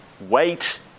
wait